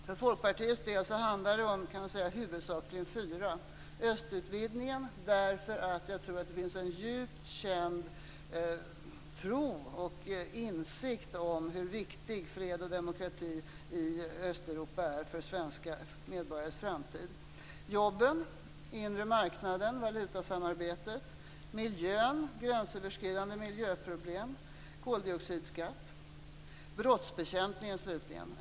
För Folkpartiets del handlar det huvudsakligen om följande frågor: Östutvidgningen - jag tror nämligen att det finns en djupt känd tro på och insikt om hur viktig fred och demokrati i Östeuropa är för svenska medborgares framtid, jobben, inre marknaden, valutasamarbetet, miljön, gränsöverskridande miljöproblem, koldioxidskatt och slutligen brottsbekämpningen.